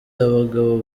abagabo